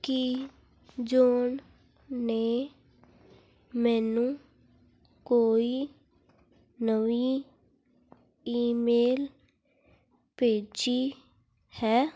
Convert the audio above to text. ਕੀ John ਨੇ ਮੈਨੂੰ ਕੋਈ ਨਵੀਂ ਈਮੇਲ ਭੇਜੀ ਹੈ